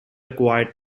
acquired